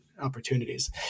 opportunities